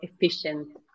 efficient